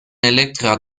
elektriker